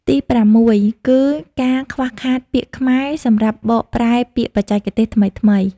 ទីប្រាំមួយគឺការខ្វះខាតពាក្យខ្មែរសម្រាប់បកប្រែពាក្យបច្ចេកទេសថ្មីៗ។